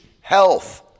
health